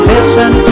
Listen